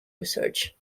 research